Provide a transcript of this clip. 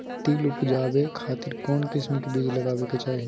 तिल उबजाबे खातिर कौन किस्म के बीज लगावे के चाही?